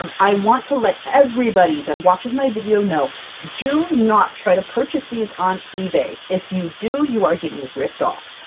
um i want to let everybody that watches my video know do not try to purchase these on ebay! if you do you are getting ripped off!